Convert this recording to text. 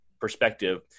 perspective